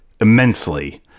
immensely